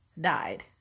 died